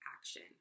action